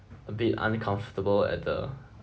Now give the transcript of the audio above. a bit uncomfortable at the